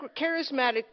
charismatic